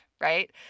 right